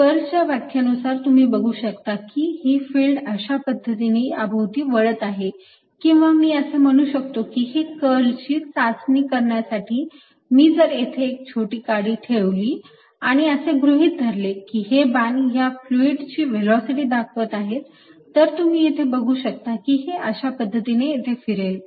कर्लच्या व्याख्येनुसार तुम्ही बघू शकता की ही फिल्ड अशा पद्धतीने या भोवती वळत आहे किंवा मी असे म्हणू शकतो की हे कर्लची चाचणी करण्यासाठी मी जर येथे एक छोटी काडी ठेवली आणि असे गृहीत धरले की हे बाण या फ्लुईड ची व्हेलॉसिटी दाखवत आहेत तर तुम्ही येथे बघू शकता कि हे अशा पद्धतीने येथे फिरेल